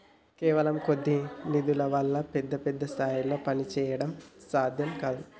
కేవలం కొద్ది నిధుల వల్ల పెద్ద పెద్ద స్థాయిల్లో పనిచేయడం సాధ్యం కాదు